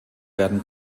werden